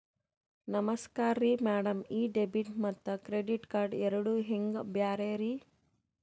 ನಮಸ್ಕಾರ್ರಿ ಮ್ಯಾಡಂ ಈ ಡೆಬಿಟ ಮತ್ತ ಕ್ರೆಡಿಟ್ ಕಾರ್ಡ್ ಎರಡೂ ಹೆಂಗ ಬ್ಯಾರೆ ರಿ?